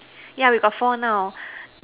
yeah we got four now